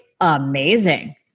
amazing